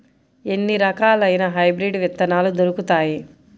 ఎన్ని రకాలయిన హైబ్రిడ్ విత్తనాలు దొరుకుతాయి?